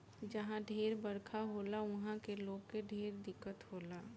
जहा ढेर बरखा होला उहा के लोग के ढेर दिक्कत होला